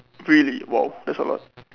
really !wow! that's a lot